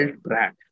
brat